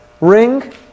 ring